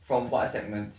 from what segments